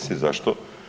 Zašto?